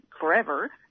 forever